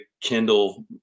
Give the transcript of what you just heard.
Kindle